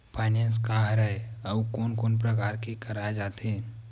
Finance का हरय आऊ कोन कोन प्रकार ले कराये जाथे?